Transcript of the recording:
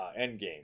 Endgame